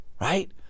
right